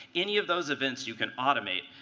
any of those events you can automate.